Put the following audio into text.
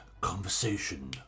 conversation